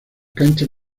canchas